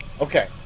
Okay